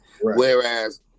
Whereas